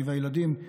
אני והילדים,